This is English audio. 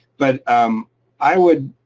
but um i would.